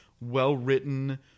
well-written